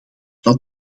dat